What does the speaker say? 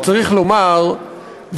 שצריך לומר,